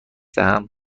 دهم